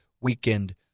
weekend